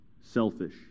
selfish